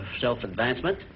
self-advancement